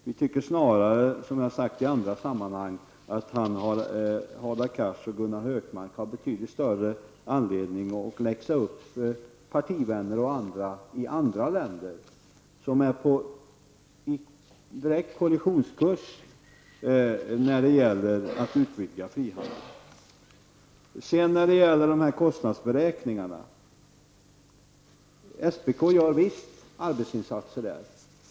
Vi tycker, som jag har sagt i andra sammanhang, snarare att Hadar Cars och Gunnar Hökmark har betydligt större anledning att läxa upp bl.a. partivänner i andra länder, som befinner sig på direkt kollisionskurs när det gäller att utvidga frihandeln. När det gäller kostnadsberäkningarna vill jag säga att SPK visst gör arbetsinsatser på det området.